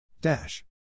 Dash